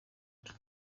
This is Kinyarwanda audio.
nda